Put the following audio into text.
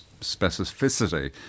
specificity